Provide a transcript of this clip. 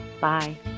Bye